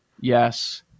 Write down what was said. yes